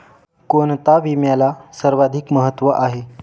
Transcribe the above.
कोणता विम्याला सर्वाधिक महत्व आहे?